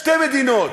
שתי מדינות,